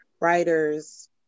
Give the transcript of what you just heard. writers